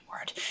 word